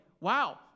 wow